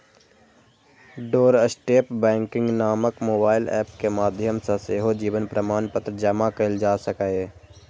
doorstep banking नामक mobile app के माध्यम सं सेहो जीवन प्रमाणपत्र जमा कैल जा सकैए